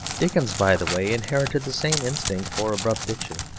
dickens, by the way, inherited the same instinct for abrupt diction,